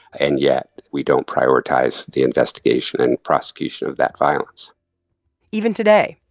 and yet we don't prioritize the investigation and prosecution of that violence even today,